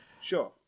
Sure